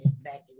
back